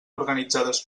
organitzades